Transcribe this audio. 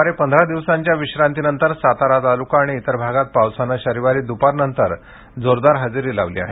सुमारे पंधरा दिवसाच्या विश्रांती नंतर सातारा तालुका आणि इतर भागात पावसाने शनिवारी दुपारनंतर जोरदार हजेरी लावली आहे